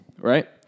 right